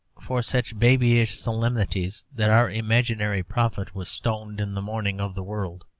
for such babyish solemnities that our imaginary prophet was stoned in the morning of the world.